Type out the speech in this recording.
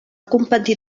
competir